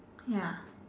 ya